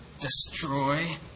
destroy